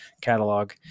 catalog